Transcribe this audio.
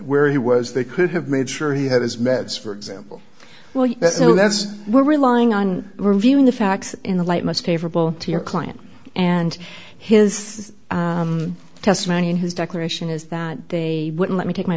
where he was they could have made sure he had his meds for example well you know that's we're relying on reviewing the facts in the light most favorable to your client and his testimony his declaration is that they wouldn't let me take my